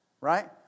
Right